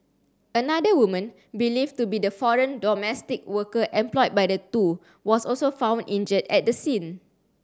another woman believed to be the foreign domestic worker employed by the two was also found injured at the scene